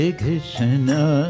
Krishna